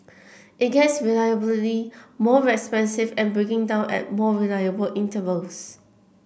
it gets reliably more expensive and breaking down at more reliable intervals